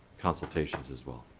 consultations as well.